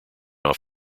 off